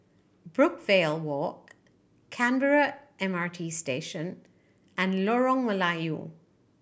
Brookvale Walk Canberra M R T Station and Lorong Melayu